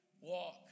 walk